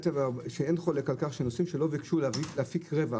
אין חולק על כך שנוסעים שלא ביקשו להפיק רווח